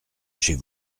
chez